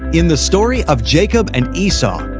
in the story of jacob and esau,